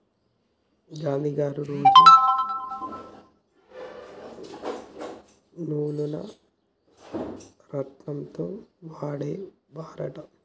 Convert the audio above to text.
గాంధీ గారు రోజు నూలును రాట్నం తో వడికే వారు అంట